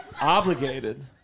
obligated